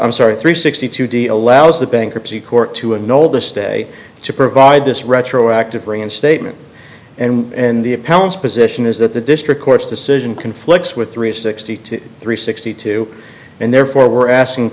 i'm sorry three sixty two d allows the bankruptcy court to an older stay to provide this retroactive reinstatement and the appellant's position is that the district court's decision conflicts with three sixty three sixty two and therefore we're asking